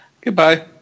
Goodbye